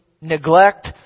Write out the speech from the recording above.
neglect